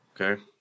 Okay